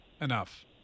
enough